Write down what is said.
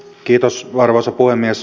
kiitos arvoisa puhemies